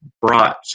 brought